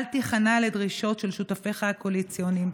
אל תיכנע לדרישות של שותפיך הקואליציוניים.